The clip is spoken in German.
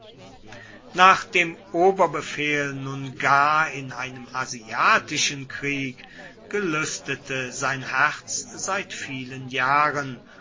nach dem oberbefehl nun gar in einem asiatischen krieg gelüstete sein herz seit vielen jahren